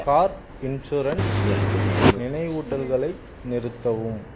car insurance நினைவூட்டல்களை நிறுத்தவும்